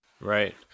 Right